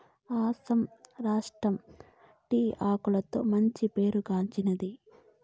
అస్సాం రాష్ట్రం టీ తోటలకు మంచి పేరు గాంచింది